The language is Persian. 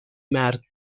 مرد